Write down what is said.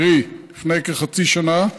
קרי לפני כחצי שנה,